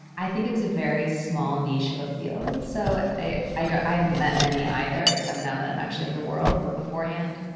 i think it's a very small niche of a field. so i i haven't met many either except now that i'm actually in the world. but beforehand,